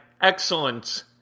excellence